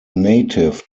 native